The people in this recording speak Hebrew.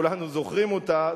וכולנו זוכרים אותה,